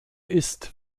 ist